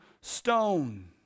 stone